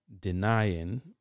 denying